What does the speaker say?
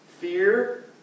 Fear